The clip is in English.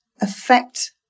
affect